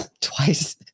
Twice